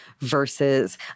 versus